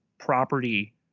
Property